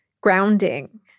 grounding